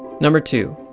number two,